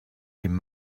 dem